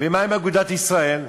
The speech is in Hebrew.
ומה עם אגודת ישראל?